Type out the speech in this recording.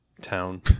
town